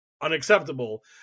unacceptable